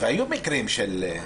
היו מקרים קשים.